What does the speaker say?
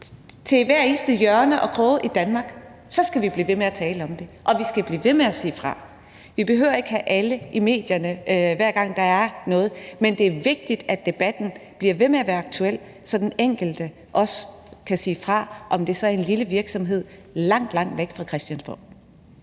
og hver en krog i Danmark, skal vi blive ved med at tale om det, og vi skal blive ved med at sige fra. Vi behøver ikke få det i alle medierne, hver gang der er noget, men det er vigtigt, at debatten bliver ved med at være aktuel, så den enkelte også lettere kan sige fra – om det så er i en lille virksomhed langt, langt væk fra Christiansborg.